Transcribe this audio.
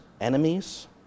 enemies